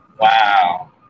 Wow